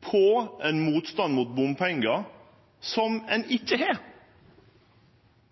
på ein motstand mot bompengar som ein ikkje har,